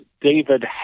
David